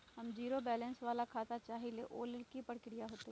हम zero balance वाला खाता चाहइले वो लेल की की प्रक्रिया होतई?